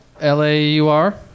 L-A-U-R